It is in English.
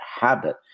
habit